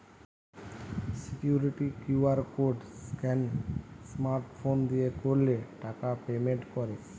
security QR code scan smart phone দিয়ে করলে টাকা পেমেন্ট করে